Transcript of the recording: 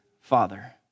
father